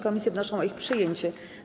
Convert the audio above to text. Komisje wnoszą o ich przyjęcie.